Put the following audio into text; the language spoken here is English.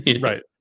Right